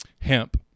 hemp